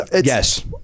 Yes